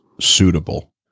suitable